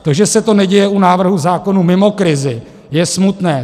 To, že se to neděje u návrhů zákonů mimo krizi, je smutné.